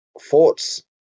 thoughts